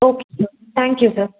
okay sir thank you sir